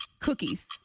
cookies